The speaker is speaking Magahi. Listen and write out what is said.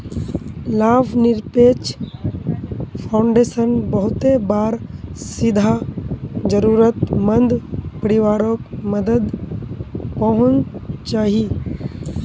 लाभ निरपेक्ष फाउंडेशन बहुते बार सीधा ज़रुरत मंद परिवारोक मदद पहुन्चाहिये